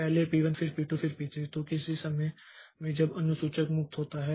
पहले P1 फिर P2 फिर P3 तो किसी समय में जब अनुसूचक मुक्त होता है